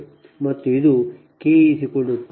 ಮತ್ತು ಇದು k 23 n